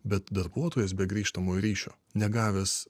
bet darbuotojas be grįžtamojo ryšio negavęs